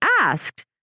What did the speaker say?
asked